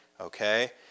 Okay